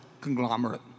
conglomerate